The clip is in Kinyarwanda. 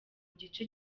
gice